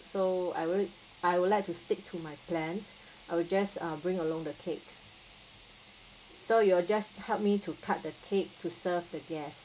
so I will it I would like to stick to my plans I will just uh bring along the cake so you'll just help me to cut the cake to serve the guests